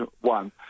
one